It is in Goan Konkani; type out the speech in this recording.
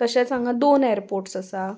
तशेंच हांगा दोन एरपोर्ट्स आसा